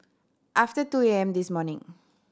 after two A M this morning